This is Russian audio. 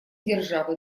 державы